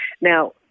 Now